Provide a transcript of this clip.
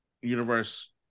Universe